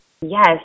Yes